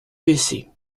bessée